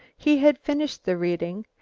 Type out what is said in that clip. he had finished the reading,